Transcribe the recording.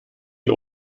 die